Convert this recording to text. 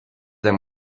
them